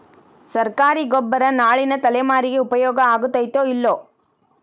ಸರ್ಕಾರಿ ಗೊಬ್ಬರ ನಾಳಿನ ತಲೆಮಾರಿಗೆ ಉಪಯೋಗ ಆಗತೈತೋ, ಇಲ್ಲೋ?